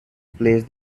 place